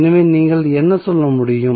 எனவே நீங்கள் என்ன சொல்ல முடியும்